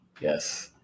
Yes